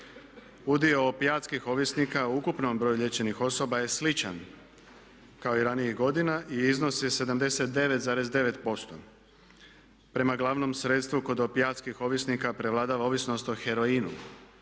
Udio opijatskih ovisnika u ukupnom broju liječenih osoba je sličan kao i ranijih godina i iznosi 79,9%. Prema glavnom sredstvu kod opijatskih ovisnika prevladava ovisnost o heroinu,